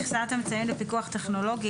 מכסת אמצעים לפיקוח טכנולוגי.